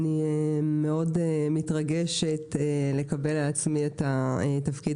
אני מאוד מתרגשת לקבל על עצמי את התפקיד